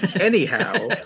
Anyhow